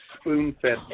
spoon-fed